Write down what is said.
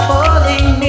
Falling